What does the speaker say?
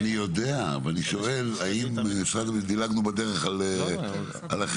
אני יודע ואני שואל האם דילגנו בדרך על אחרים.